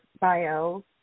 bio